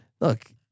Look